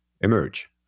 emerge